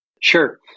Sure